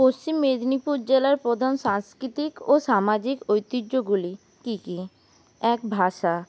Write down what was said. পশ্চিম মেদিনীপুর জেলার প্রধান সাংস্কৃতিক ও সামাজিক ঐতিহ্যগুলি কী কী এক ভাষা